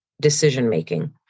decision-making